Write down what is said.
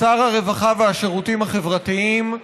שר הרווחה והשירותים החברתיים,